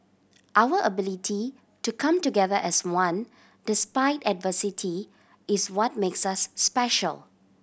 our ability to come together as one despite adversity is what makes us special